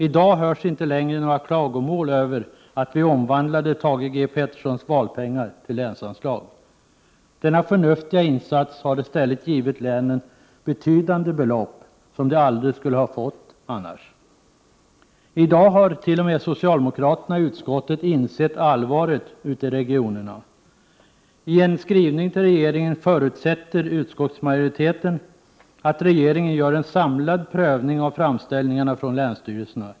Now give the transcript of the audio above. I dag hörs inte längre några klagomål över att vi omvandlade Thage G Petersons valpengar till länsanslag. Denna förnuftiga insats har i stället givit länen betydande belopp som de aldrig skulle ha fått annars. I dag har t.o.m. socialdemokraterna i utskottet insett allvaret ute i regionerna. I en skrivning till regeringen förutsätter utskottsmajoriteten att regeringen gör en samlad prövning av framställningarna från länsstyrelserna.